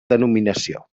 denominació